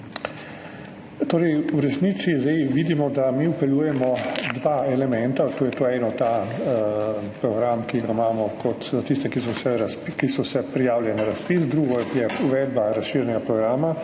V resnici zdaj vidimo, da mi vpeljujemo dva elementa, eno je ta program, ki ga imamo za tiste, ki so se prijavili na razpisi, drugo je uvedba razširjenega programa.